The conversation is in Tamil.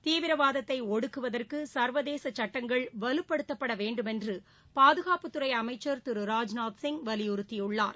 தீவிரவாதத்தை ஒடுக்குவதற்கு சர்வதேச சட்டங்கள் வலுப்படுத்தப்பட வேண்டும் என்று பாதுகாப்புத்துறை அமைச்சர் திரு ராஜ்நாத் சிங் வலியுறுத்தியுள்ளார்